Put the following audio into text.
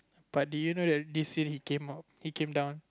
but do you know that this year he came out he came down